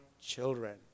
children